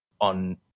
on